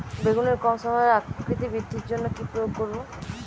বেগুনের কম সময়ে আকৃতি বৃদ্ধির জন্য কি প্রয়োগ করব?